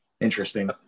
interesting